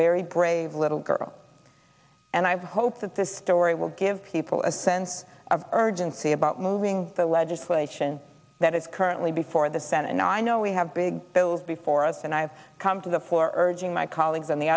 very brave little girl and i hope that this story will give people a sense of urgency about moving the legislation that is currently before the senate and i know we have big bills before us and i have come to the floor urging my colleagues on the